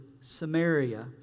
Samaria